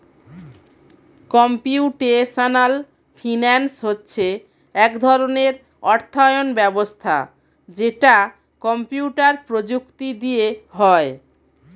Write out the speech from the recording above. computational finance হচ্ছে এক ধরণের অর্থায়ন ব্যবস্থা যেটা কম্পিউটার প্রযুক্তি দিয়ে হয়